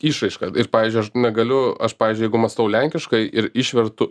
išraišką ir pavyzdžiui aš negaliu aš pavyzdžiui jeigu mąstau lenkiškai ir išvertu